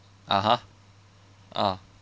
(uh huh) ah